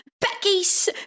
Becky's